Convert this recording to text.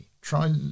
try